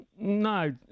No